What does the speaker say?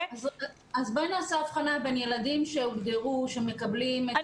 אז בואי נעשה הבחנה בין ילדים שהוגדרו שהם מקבלים את